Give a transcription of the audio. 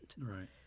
Right